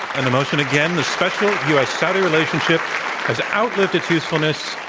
and the motion again, the special u. s. saudi relationship has outlived its usefulness.